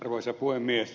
arvoisa puhemies